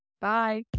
Bye